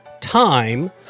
time